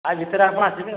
ୟା ଭିତରେ ଆପଣ ଆସିବେ